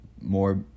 more